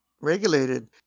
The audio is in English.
regulated